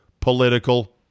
political